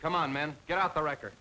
come on man get out the record